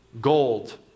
gold